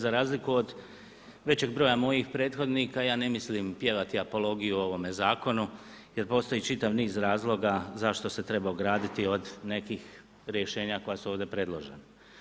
Za razliku od većeg broja mojih prethodnika, ja ne mislim pjevati apologiju o ovome zakonu, jer postoji čitav niz razloga zašto se treba ograditi od nekih rješenja koja su ovdje predložena.